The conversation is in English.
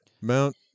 Mount